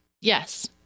Yes